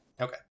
Okay